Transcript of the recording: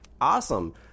awesome